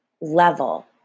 level